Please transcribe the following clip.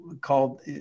called